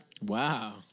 wow